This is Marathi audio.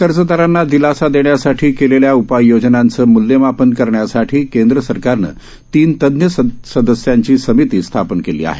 बँकेच्या कर्जदारांना दिलासा देण्यासाठी केलेल्या उपाययोजनांचं मुल्यमापन करण्यासाठी केंद्र सरकारनं तीन तज्ज्ञ सदस्यांची समिती स्थापन केली आहे